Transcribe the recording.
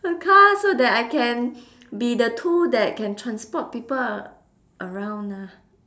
a car so that I can be the tool that can transport people a~ around ah